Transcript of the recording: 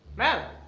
ma'am.